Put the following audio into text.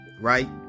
right